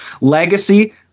Legacy